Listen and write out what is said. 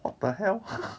what the hell